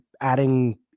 adding